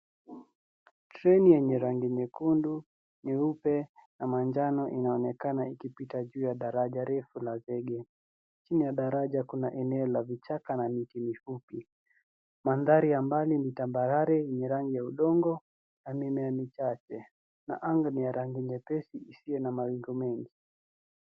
Treni yenye rangi nyekundu, nyeupe na manjano inaonekana ikipita juu ya daraja refu la zege. Chini ya daraja kuna eneo la vichaka na miti mifupi. Mandhari ya mbali ni tambarare yenye rangi ya udongo na mimea michache na anga ni rangi nyepesi isiyo na mawingu mengi.